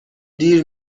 دیر